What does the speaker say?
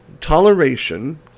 toleration